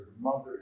mother